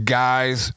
guys